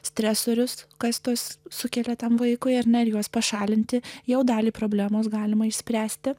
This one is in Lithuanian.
stresorius kastos sukelia tam vaikui ar ne ir juos pašalinti jau dalį problemos galima išspręsti